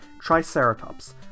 Triceratops